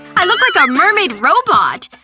i look like a mermaid robot.